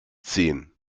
ziehen